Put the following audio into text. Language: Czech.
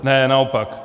Ne, naopak.